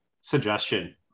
suggestion